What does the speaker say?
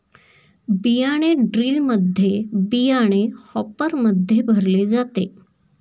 बियाणे ड्रिलमध्ये बियाणे हॉपरमध्ये भरले जाते